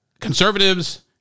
conservatives